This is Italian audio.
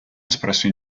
espresso